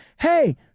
hey